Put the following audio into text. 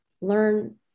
learn